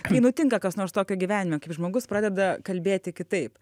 kai nutinka kas nors tokio gyvenime kaip žmogus pradeda kalbėti kitaip